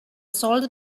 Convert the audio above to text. solid